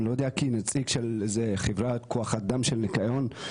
אני לא יודע כנציג של חברת כוח אדם של ניקיון,